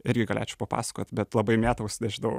irgi galėčiau papasakot bet labai mėtaus nežinau